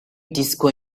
disco